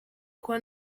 kuba